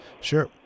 Sure